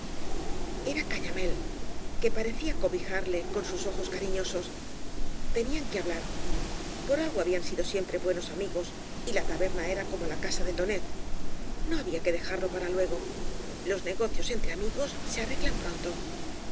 era cañamél que parecía cobijarle con bub ojos earifiobob tenían que hablar por algo habían sido siempre buenos amigos y la taberna era como la casa de tonet no había que dejarlo para luego los negocios entre amigos se arreglan pronto